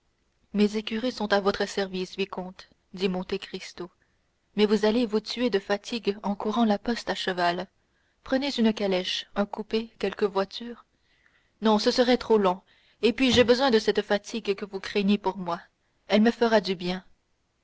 mes écuries sont à votre service vicomte dit monte cristo mais vous allez vous tuer de fatigue en courant la poste à cheval prenez une calèche un coupé quelque voiture non ce serait trop long et puis j'ai besoin de cette fatigue que vous craignez pour moi elle me fera du bien